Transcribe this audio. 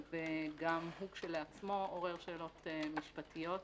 וגם הוא כשלעצמו עורר שאלות משפטיות.